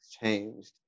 changed